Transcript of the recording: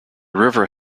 river